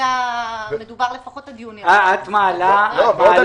כרגע מדובר לפחות בעד יוני 2021. את מעלה בדעתך